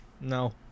no